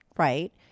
Right